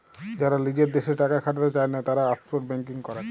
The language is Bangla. যারা লিজের দ্যাশে টাকা খাটাতে চায়না, তারা অফশোর ব্যাঙ্কিং করেক